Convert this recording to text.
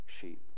sheep